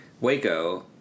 Waco